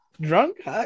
drunk